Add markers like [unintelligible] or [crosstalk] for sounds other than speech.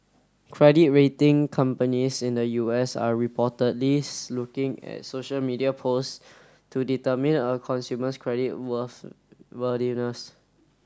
credit rating companies in the U S are reportedly [unintelligible] looking at social media post to determine a consumer's credit worth worthiness